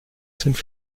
sind